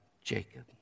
Jacob